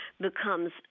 becomes